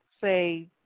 say